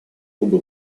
кубы